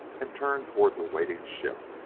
and turned toward the waiting ship.